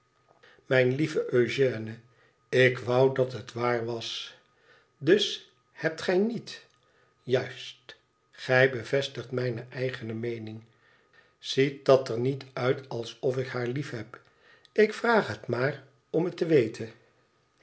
mijn lieve eugène ik wou dat het waar wasl dus hebt gij niet uist gij bevestigt mijne eigene meenmg ziet dat er niet uit alsof ik haar liefheb ik vraag het maar om het te weten